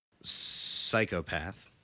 psychopath